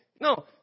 No